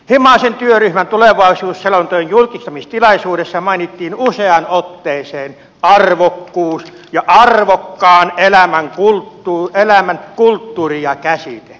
himasen työryhmän tulevaisuusselonteon julkistamistilaisuudessa mainittiin useaan otteeseen arvokkuus ja arvokkaan elämän kulttuuri ja käsite